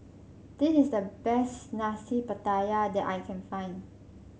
this is the best Nasi Pattaya that I can find